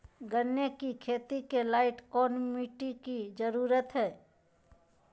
गन्ने की खेती के लाइट कौन मिट्टी की जरूरत है?